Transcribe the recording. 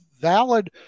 valid